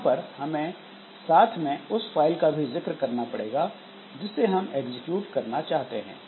यहां पर हमें साथ में उस फाइल का भी जिक्र करना पड़ेगा जिसे हम एग्जीक्यूट करना चाहते हैं